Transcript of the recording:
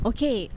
Okay